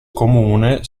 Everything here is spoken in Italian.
comune